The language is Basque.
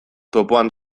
topoan